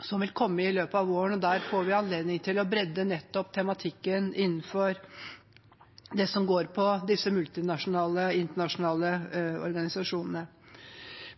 som vil komme i løpet av våren. Der får vi anledning til å bredde nettopp tematikken innenfor det som går på disse multinasjonale og internasjonale organisasjonene.